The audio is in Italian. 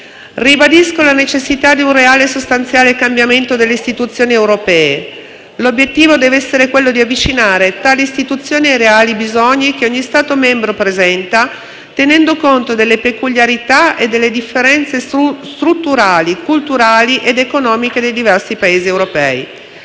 Ribadisco la necessità di un reale e sostanziale cambiamento delle istituzioni europee. L'obiettivo deve essere quello di avvicinare tali istituzioni ai reali bisogni che ogni Stato membro presenta, tenendo conto delle peculiarità e delle differenze strutturali, culturali ed economiche dei diversi Paesi europei.